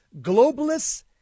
globalists